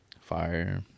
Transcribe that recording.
fire